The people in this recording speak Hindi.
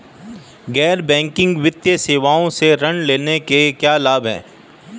गैर बैंकिंग वित्तीय सेवाओं से ऋण लेने के क्या लाभ हैं?